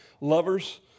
Lovers